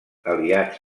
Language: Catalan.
aliats